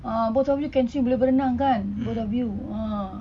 ah both of you can swim boleh berenang kan both of you ah